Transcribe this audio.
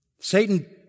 Satan